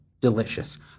delicious